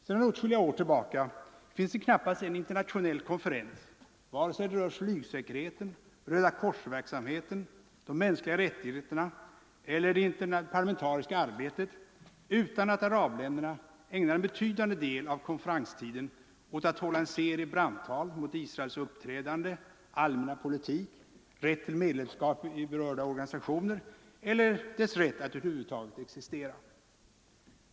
Sedan åtskilliga år tillbaka finns det knappast en internationell konferens, vare sig den rör flygsäkerheten, Rödakorsverksamheten, de mänskliga rättigheterna eller det interparlamentariska arbetet utan att arabländerna ägnar en betydande del av konferenstiden åt att hålla en serie brandtal mot Israels uppträdande, allmänna politik, rätt till medlemskap i berörda organisationer eller dess rätt att över huvud taget existera.